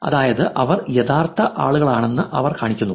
അതായത് അവർ യഥാർത്ഥ ആളുകളാണെന്ന് അവർ കാണിക്കുന്നു